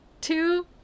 Two